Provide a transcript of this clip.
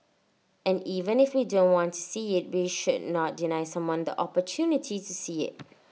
and even if we don't want to see IT we should not deny someone the opportunity to see IT